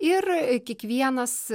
ir kiekvienas